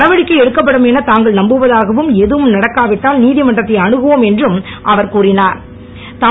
நடடிக்கை எடுக்கப்படும் என தாங்கள் நம்புவதாகவும் எதுவும் நடக்காவிட்டால் நீதிமன்றத்தை அணுகுவோம் என்றும் அவர் கூறினுர்